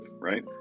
right